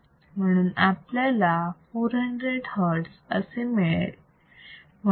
म्हणून आपल्याला 400 hertz असे मिळेल